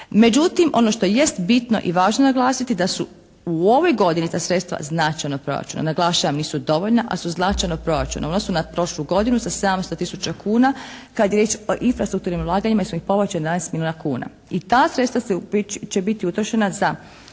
Međutim ono što jest bitno i važno naglasiti da su u ovoj godini ta sredstva značajna u proračunu. Naglašavam nisu dovoljna ali su značajna u proračunu. U odnosu na prošlu godinu za 700 tisuća godina kad je riječ o infrastrukturnim ulaganjima … /Govornica se ne razumije./ … 11 milijuna kuna. I ta sredstva će biti utrošena za